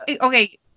okay